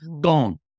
gone